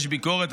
יש ביקורת?